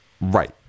right